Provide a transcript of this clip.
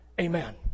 Amen